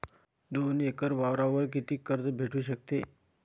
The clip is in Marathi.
दोन एकर वावरावर कितीक कर्ज भेटू शकते?